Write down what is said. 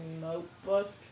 notebook